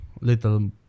little